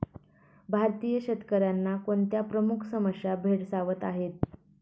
भारतीय शेतकऱ्यांना कोणत्या प्रमुख समस्या भेडसावत आहेत?